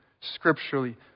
scripturally